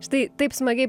štai taip smagiai